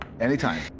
Anytime